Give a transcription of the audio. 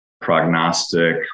prognostic